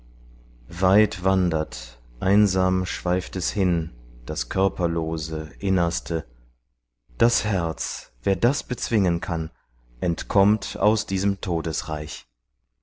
weit wandert einsam schweift es hin das körperlose innerste das herz wer das bezwingen kann entkommt aus diesem